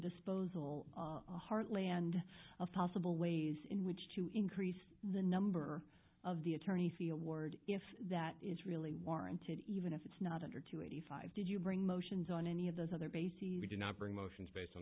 disposal heartland of possible ways in which to increase the number of the attorney feel ward if that is really warranted even if it's not under two eighty five did you bring motions on any of those other bases we did not bring motions based on